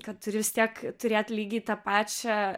kad ir vis tiek turėt lygiai tą pačią